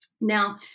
Now